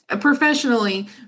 professionally